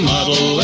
Model